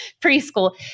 preschool